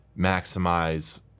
maximize